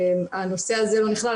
הנושא הזה לא נכלל.